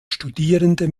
studierende